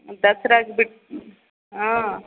ದಸ್ರಗೆ ಬಿ ಹಾಂ